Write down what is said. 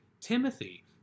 Timothy